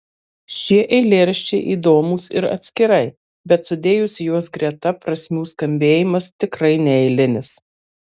šie eilėraščiai įdomūs ir atskirai bet sudėjus juos greta prasmių skambėjimas tikrai neeilinis